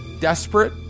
desperate